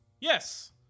yes